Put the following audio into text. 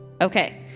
Okay